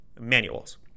manuals